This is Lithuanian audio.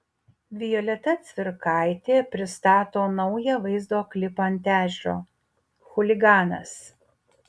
violeta cvirkaitė pristato naują vaizdo klipą ant ežero chuliganas